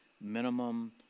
minimum